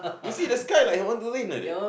you see the sky like want to rain like that